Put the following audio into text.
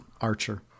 archer